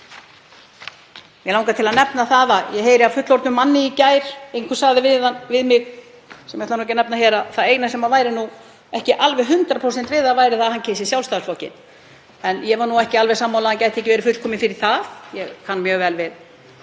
Mig langar til að nefna það að ég heyrði af fullorðnum manni í gær — og einhver sagði við mig, sem ég ætla ekki að nefna hér, að það eina sem væri ekki alveg 100% við hann væri að hann kysi Sjálfstæðisflokkinn. Ég var nú ekki alveg sammála að hann gæti ekki verið fullkominn fyrir það, ég kann mjög vel við